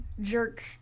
jerk